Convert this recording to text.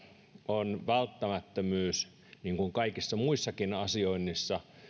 on välttämättömyys niin kuin kaikessa muussakin asioinnissa